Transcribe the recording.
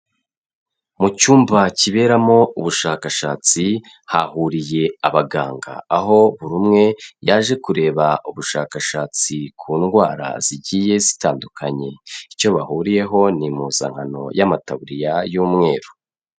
Mu cyumba kiberamo ubushakashatsi hahuriye abaganga, aho buri umwe yaje kureba ubushakashatsi ku ndwara zigiye zitandukanye, icyo bahuriyeho ni impuzankano y'amataburiya y'umweru.